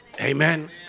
Amen